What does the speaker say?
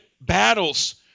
battles